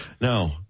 no